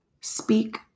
speak